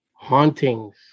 hauntings